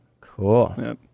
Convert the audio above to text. Cool